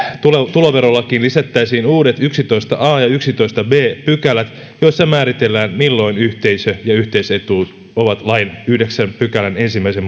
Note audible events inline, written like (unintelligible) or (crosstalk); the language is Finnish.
tuloverolakiin lisättäisiin uudet yksitoista a ja yksitoista b pykälät joissa määritellään milloin yhteisö ja yhteisetuus ovat lain yhdeksäs pykälä ensimmäisen (unintelligible)